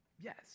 Yes